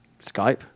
Skype